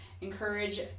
encourage